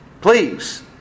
please